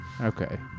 Okay